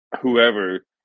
whoever